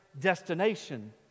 destination